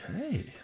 Okay